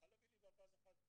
תוכל להביא לי ברווז אחד?